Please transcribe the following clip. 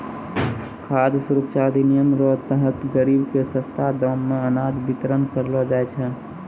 खाद सुरक्षा अधिनियम रो तहत गरीब के सस्ता दाम मे अनाज बितरण करलो जाय छै